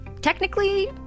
technically